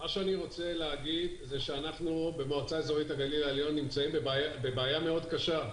אנחנו במועצה האזורית הגליל העליון נמצאים בבעיה מאוד קשה.